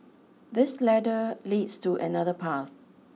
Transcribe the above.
this ladder leads to another path